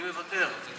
אני מוותר.